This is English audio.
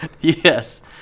yes